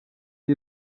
iyi